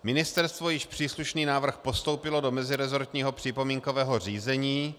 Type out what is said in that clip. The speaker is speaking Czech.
Ministerstvo již příslušný návrh postoupilo do meziresortního připomínkového řízení.